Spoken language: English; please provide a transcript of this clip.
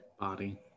Body